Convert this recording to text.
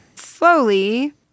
slowly